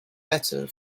better